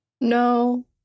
No